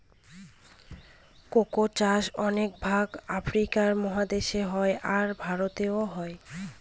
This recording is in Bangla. কোকো চাষ অনেক ভাগ আফ্রিকা মহাদেশে হয়, আর ভারতেও হয়